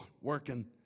working